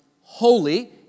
holy